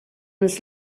was